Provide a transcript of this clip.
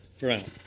Right